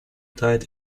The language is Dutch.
tijd